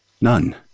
none